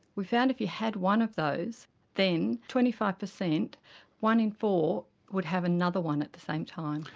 we found if you had one of those then twenty five percent one in four would have another one at the same time.